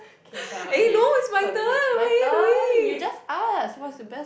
K shut up K continue my turn you just ask what's the best